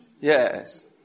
Yes